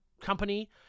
company